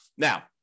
Now